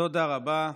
תודה רבה.